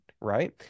right